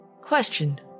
Question